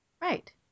Right